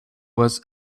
was